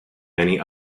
many